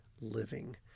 living